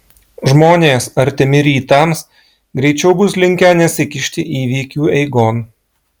žmonės artimi rytams greičiau bus linkę nesikišti įvykių eigon